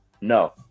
No